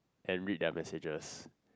and read their messages